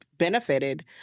benefited